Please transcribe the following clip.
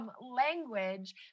language